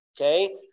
Okay